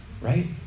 right